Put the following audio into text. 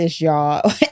y'all